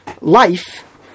life